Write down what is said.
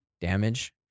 damage